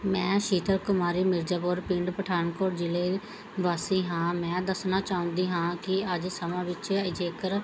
ਮੈਂ ਸ਼ੀਤਲ ਕੁਮਾਰੀ ਮਿਰਜ਼ਾਪੁਰ ਪਿੰਡ ਪਠਾਨਕੋਟ ਜ਼ਿਲ੍ਹੇ ਵਾਸੀ ਹਾਂ ਮੈਂ ਦੱਸਣਾ ਚਾਹੁੰਦੀ ਹਾਂ ਕਿ ਅੱਜ ਸਮੇਂ ਵਿੱਚ ਜੇਕਰ